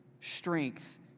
strength